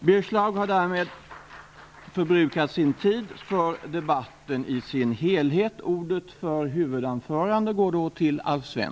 Birger Schlaug har därmed förbrukat sin tid för debatten i dess helhet.